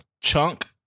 chunk